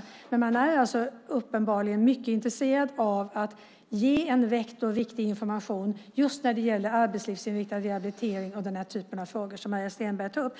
Försäkringskassan är uppenbarligen mycket intresserad av att ge rätt och riktig information just när det gäller arbetslivsinriktad rehabilitering och den typ av frågor som Maria Stenberg tar upp.